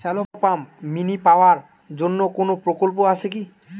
Shallow pump mini power জন্য কোনো প্রকল্প আছে কি?